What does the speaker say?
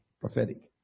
Prophetic